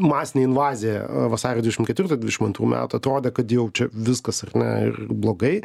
masinė invazija vasario dvidešimt ketvirtą dvidešimt antrų metų atrodė kad jau čia viskas ar ne ir blogai